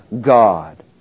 God